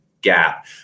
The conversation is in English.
gap